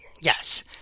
Yes